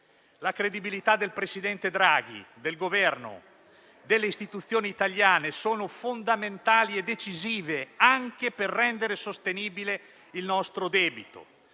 La credibilità del presidente Draghi, del Governo, delle istituzioni italiane è fondamentale e decisiva anche per rendere sostenibile il nostro debito.